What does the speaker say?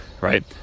right